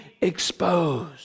exposed